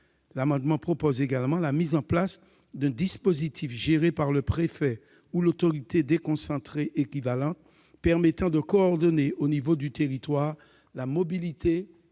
amendement vise également à mettre en place un dispositif, géré par le préfet ou l'autorité déconcentrée équivalente, permettant de coordonner au niveau du territoire la mobilité